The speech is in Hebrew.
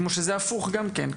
כמו שזה הפוך גם כן,